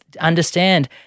understand